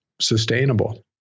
sustainable